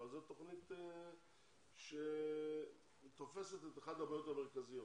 אבל זו תוכנית שתופסת את אחת הבעיות המרכזיות.